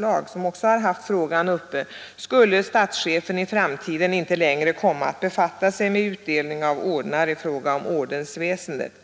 har också haft frågan uppe, och enligt dess majoritetsförslag skulle statschefen i framtiden inte längre komma att befatta sig med utdelning av ordensväsendets ordnar.